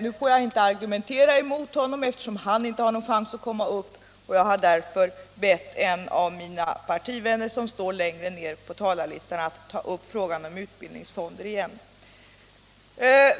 Nu får jag inte argumentera emot honom, eftersom han inte har någon chans att svara. Jag har därför bett en av mina partivänner, som står längre ned på talarlistan, att ta upp frågan om utbildningsfonder igen.